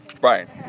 Brian